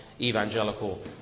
evangelical